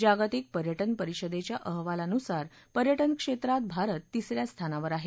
जागतिक पर्यटन परिषदेच्या अहवालानुसार पर्यटन क्षेत्रात भारत तिस या स्थानावर आहे